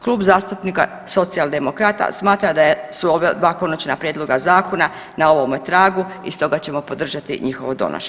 Klub zastupnika Socijaldemokrata smatra da su ova dva konačna prijedloga zakona na ovome tragu i stoga ćemo podržati njihovo donošenje.